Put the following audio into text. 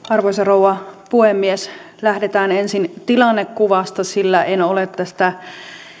arvoisa rouva puhemies lähdetään ensin tilannekuvasta sillä en ole tästä